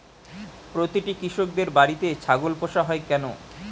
প্রতিটি কৃষকদের বাড়িতে ছাগল পোষা হয় কেন?